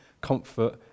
comfort